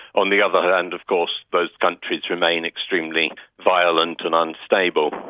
on the other hand of course those countries remain extremely violent and unstable.